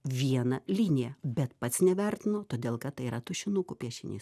viena linija bet pats nevertino todėl kad tai yra tušinukų piešinys